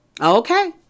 Okay